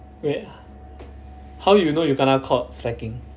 wait how you you know you kena caught slacking